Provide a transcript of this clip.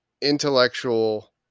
intellectual